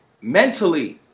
Mentally